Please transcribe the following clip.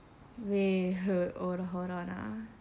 wait uh on hold on ah